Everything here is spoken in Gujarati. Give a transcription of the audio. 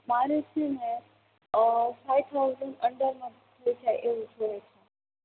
મારે છે ને ફાઇવ થાઉઝન અંડરમાં મળી જાય એવું જોઈએ છે